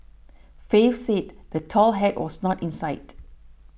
faith said the tall hat was not in sight